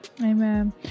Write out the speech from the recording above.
amen